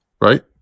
right